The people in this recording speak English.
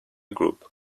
group